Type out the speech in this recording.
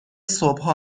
صبحها